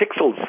pixels